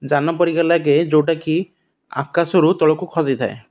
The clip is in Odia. ଯାନ ପରିକା ଲାଗେ ଯେଉଁଟାକି ଆକାଶରୁ ତଳକୁ ଖସିଥାଏ